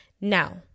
now